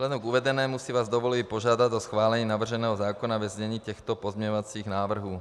Vzhledem k uvedenému si vás dovoluji požádat o schválení navrženého zákona ve znění těchto pozměňovacích návrhů.